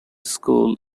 school